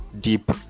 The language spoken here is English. deep